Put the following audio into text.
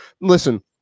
Listen